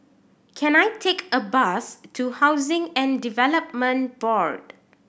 can I take a bus to Housing and Development Board